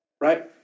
Right